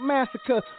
Massacre